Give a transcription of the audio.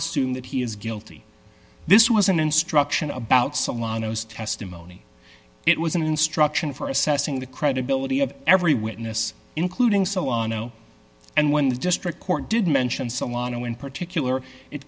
assume that he is guilty this was an instruction about some llanos testimony it was an instruction for assessing the credibility of every witness including so on oh and when the district court did mention someone in particular it